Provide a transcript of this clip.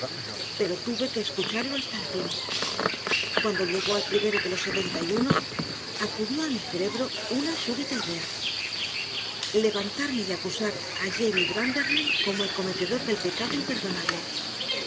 pero tuve que escucharlo hasta el fin cuando llegó al primero de los setenta y uno acudió a mi cerebro una súbita idea levantarme y acusar a jabes branderham como el cometedor del pecado imperdonable